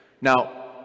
Now